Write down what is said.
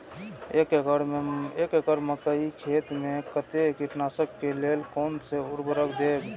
एक एकड़ मकई खेत में कते कीटनाशक के लेल कोन से उर्वरक देव?